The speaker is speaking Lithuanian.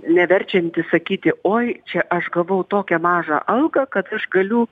neverčiantis sakyti oi čia aš gavau tokią mažą algą kad aš galiu